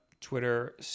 Twitter